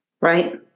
right